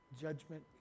judgment